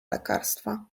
lekarstwa